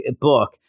book